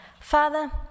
father